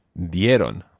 Dieron